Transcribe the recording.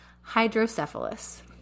hydrocephalus